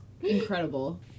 Incredible